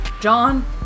John